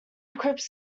equipped